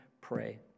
pray